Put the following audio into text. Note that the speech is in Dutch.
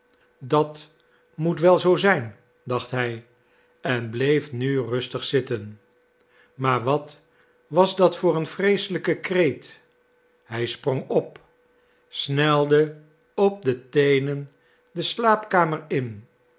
dat moet wel zoo zijn dacht hij en bleef nu rustig zitten maar wat was dat voor een vreeselijke kreet hij sprong op snelde op de teenen de slaapkamer in